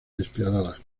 despiadada